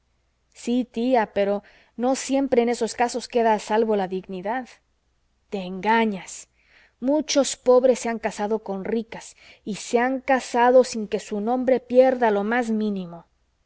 sí tía pero no siempre en esos casos queda a salvo la dignidad te engañas muchos pobres se han casado con ricas y se han casado sin que su nombre pierda lo más mínimo